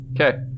Okay